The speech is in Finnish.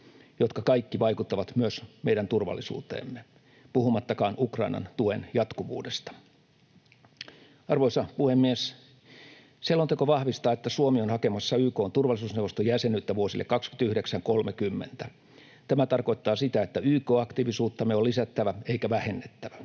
jotka kaikki vaikuttavat myös meidän turvallisuuteemme. Puhumattakaan Ukrainan tuen jatkuvuudesta. Arvoisa puhemies! Selonteko vahvistaa, että Suomi on hakemassa YK:n turvallisuusneuvoston jäsenyyttä vuosille 2029—2030. Tämä tarkoittaa sitä, että YK-aktiivisuuttamme on lisättävä eikä vähennettävä.